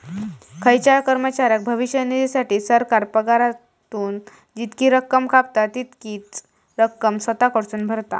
खायच्याव कर्मचाऱ्याच्या भविष्य निधीसाठी, सरकार पगारातसून जितकी रक्कम कापता, तितकीच रक्कम स्वतः कडसून भरता